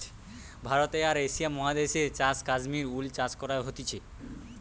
ভারতে আর এশিয়া মহাদেশে চাষ কাশ্মীর উল চাষ করা হতিছে